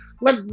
Let